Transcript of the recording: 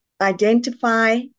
identify